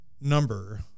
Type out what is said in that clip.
number